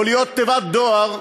או להיות תיבת דואר,